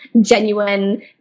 genuine